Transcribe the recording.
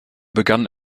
begann